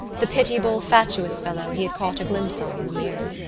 the pitiable fatuous fellow he had caught a glimpse of in the mirror.